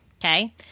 okay